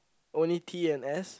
only T and S